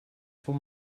for